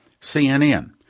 CNN